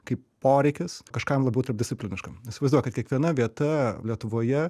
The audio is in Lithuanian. kaip poreikis kažkam labiau tarpdiscipliniškam įsivaizduokit kiekviena vieta lietuvoje